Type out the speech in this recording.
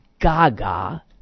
gaga